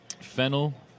Fennel